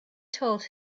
told